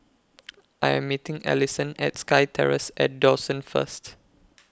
I Am meeting Allyson At SkyTerrace At Dawson First